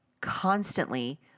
constantly